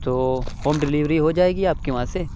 تو home delivery ہو جائے گی آپ کے وہاں سے